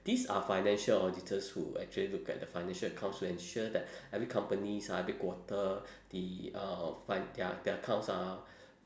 these are financial auditors who actually look at the financial accounts to ensure that every companies ah every quarter the uh fin~ their their accounts are